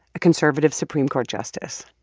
a conservative supreme court justice.